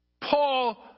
Paul